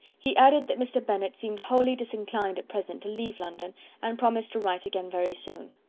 he added that mr. bennet seemed wholly disinclined at present to leave london and promised to write again very soon.